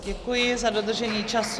Děkuji za dodržení času.